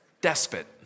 Despot